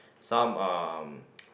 some um